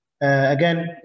Again